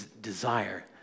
desire